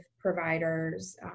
providers